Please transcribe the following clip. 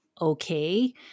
okay